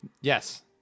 yes